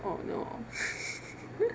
oh no